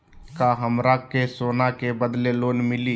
का हमरा के सोना के बदले लोन मिलि?